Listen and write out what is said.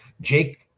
Jake